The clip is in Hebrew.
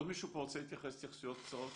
עוד מישהו רוצה להתייחס התייחסויות קצרות?